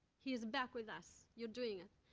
he is back with us. you're doing it.